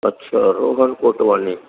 अच्छा रोहन कोटवानी